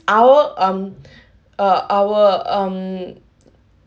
our um uh our um